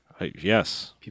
Yes